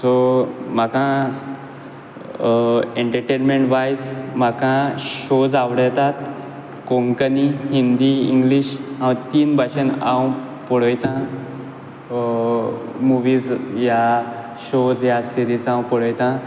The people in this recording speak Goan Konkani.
सो म्हाका एन्टर्टेन्मॅंट वायज म्हाका शॉज आवडटात कोंकणी हिंदी इंग्लीश हांव तीन भाशेन हांव पळयतां मुवीज या शॉज या सिरीज हांव पळयतां